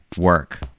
work